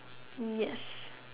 yes